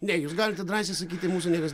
ne jūs galite drąsiai sakyt ir mūsų niekas